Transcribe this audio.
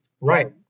Right